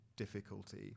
difficulty